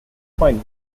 final